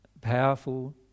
powerful